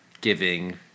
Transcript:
giving